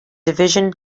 division